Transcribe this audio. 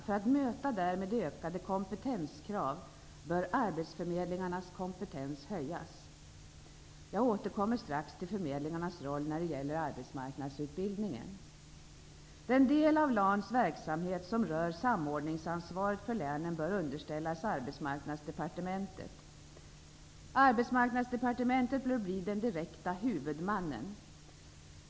För att möta därmed ökade kompetenskrav bör arbetsförmedlingarnas kompetens höjas. Jag återkommer strax till förmedlingarnas roll när det gäller arbetsmarknadsutbildningen. Den del av LAN:s verksamhet som rör samordningsansvaret för länen bör underställas Arbetsmarknadsdepartementet bör bli den direkta huvudmannen.